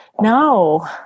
No